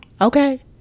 okay